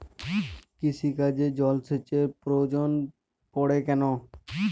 কৃষিকাজে জলসেচের প্রয়োজন পড়ে কেন?